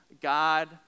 God